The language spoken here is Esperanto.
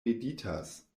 meditas